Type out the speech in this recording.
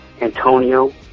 Antonio